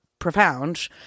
profound